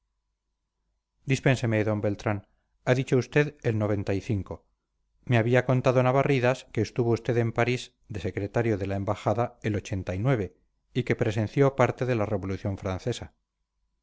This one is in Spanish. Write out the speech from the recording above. dispénseme d beltrán ha dicho usted el me había contado navarridas que estuvo usted en parís de secretario de la embajada el y que presenció parte de la revolución francesa